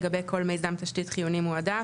לגבי כל מיזם תשתית חיוני מועדף,